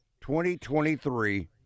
2023